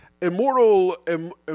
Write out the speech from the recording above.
Immortal